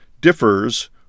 differs